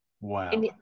Wow